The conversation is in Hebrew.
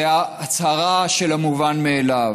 זו הצהרה של המובן מאליו.